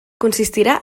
consistirà